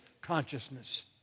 consciousness